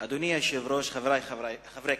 אדוני היושב-ראש, חברי חברי הכנסת,